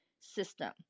system